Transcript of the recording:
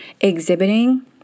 exhibiting